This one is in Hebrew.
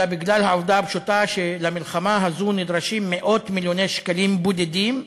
אלא בגלל העובדה הפשוטה שלמלחמה הזאת נדרשים מאות-מיליוני שקלים בודדים,